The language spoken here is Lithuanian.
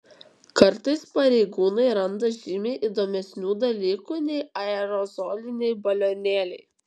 kartais pareigūnai randa žymiai įdomesnių dalykų nei aerozoliniai balionėliai